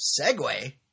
segue